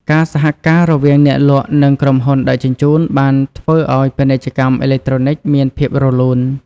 ការសហការរវាងអ្នកលក់និងក្រុមហ៊ុនដឹកជញ្ជូនបានធ្វើឱ្យពាណិជ្ជកម្មអេឡិចត្រូនិកមានភាពរលូន។